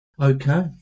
Okay